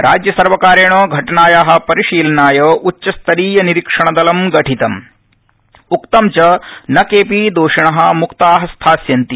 राज्यसर्रकारेण घटनाया परिशीलनाय उच्चस्तरीय निरीक्षणदलं गठितम् उक्तं च न केऽपि दोषिणमुक्ता स्थास्यन्ति